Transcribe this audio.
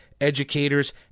educators